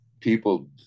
people